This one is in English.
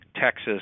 Texas